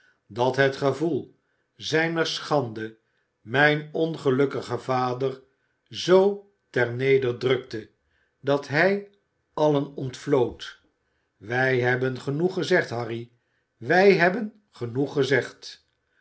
dat het gevoel zijner schande mijn ongelukkigen vader zoo ter neder drukte dat hij allen ontvlood wij hebben genoeg gezegd harry wij hebben genoeg gezegd